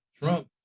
Trump